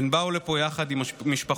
הן באו לפה יחד עם משפחותיהן.